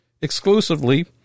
exclusively